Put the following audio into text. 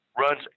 runs